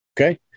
Okay